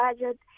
budget